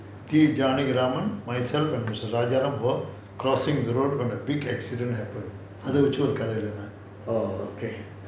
T janakiraman myself and mister rajaram crossing the road when a big accident happen அத வெச்சி ஒரு கத எழுதினேன்:atha vechi oru kadha ezhuthinaen